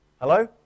Hello